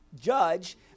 judge